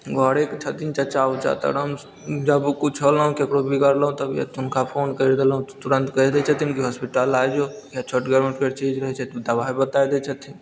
घरे कऽ छथिन चच्चा ऊच्चा तऽ आराम सँ जब कुछ होलौ ककरो बिगरलौ तबियत तऽ हुनका फोन कैर देलौं तुरंत कैह दै छथिन की हॉस्पिटल आबि जो या छोटगर मोटगर चीज रहय छै तऽ दवाइ बता दै छथिन